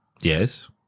Yes